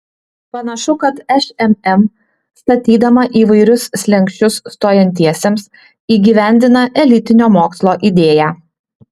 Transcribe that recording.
panašu kad šmm statydama įvairius slenksčius stojantiesiems įgyvendina elitinio mokslo idėją